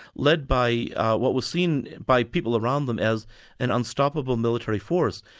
led by what was seen by people around them as an unstoppable military force.